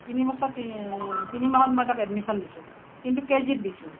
তিনি বছৰ তিনি মাহত মই তাক এডমিশ্যন দিছোঁ কিন্তু কে জিত দিছোঁ